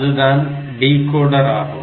அதுதான் டிகோடர் ஆகும்